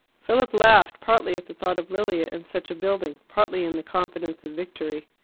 philip laughed, partly at the thought of lilia in such a building, partly in the confidence of victory.